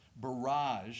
barrage